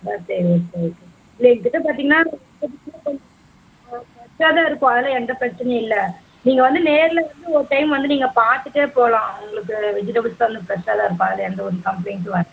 ஆ சரி சரி இல்லை எங்கள்கிட்ட பார்த்திங்கனா ஃப்ரெஷ்ஷாக தான் இருக்கும் அதெல்லாம் எந்த பிரச்சனையும் இல்லை நீங்கள் வந்து நேரில் வந்து ஒரு டைம் வந்து நீங்கள் பாத்துகிட்டே போகலாம் உங்களுக்கு வெஜிடபிள்ஸ் வந்து ஃப்ரெஷ்ஷாக தான் இருக்கும் அதில் எந்த ஒரு கம்பளைண்ட்டும் வர்